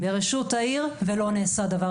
לרשות העיר ולא נעשה דבר.